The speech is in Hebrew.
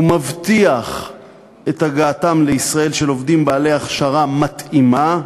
הוא מבטיח את הגעתם לישראל של עובדים בעלי הכשרה מתאימה,